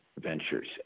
Ventures